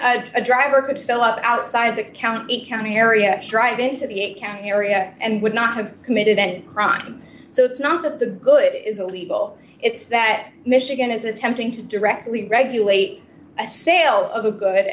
a driver could fill up outside the county county area drive into the a county area and would not have committed a crime so that's not the good is a legal it's that michigan is attempting to directly regulate a sale of a good